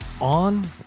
on